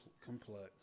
complex